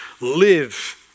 live